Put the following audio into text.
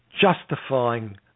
justifying